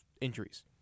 injuries